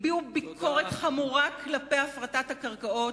הביעו ביקורת חמורה כלפי הפרטת הקרקעות,